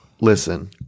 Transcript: listen